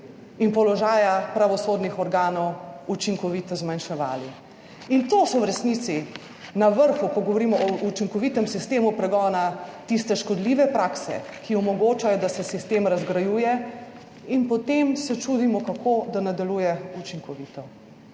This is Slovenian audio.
in položaja pravosodnih organov učinkovito zmanjševali. In to so v resnici na vrhu, ko govorimo o učinkovitem sistemu pregona, tiste škodljive prakse, ki omogočajo, da se sistem razgrajuje in potem se čudimo, kako da ne deluje učinkovito.